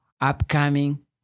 upcoming